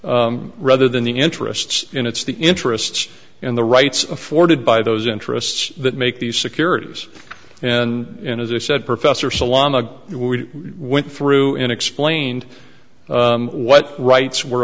assets rather than the interests and it's the interests and the rights afforded by those interests that make these securities and as i said professor salaam a we went through and explained what rights were